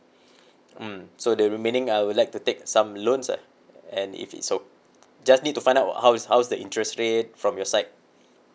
mm so the remaining I would like to take some loans lah and if it's so just need to find out how is how is the interest rate from your side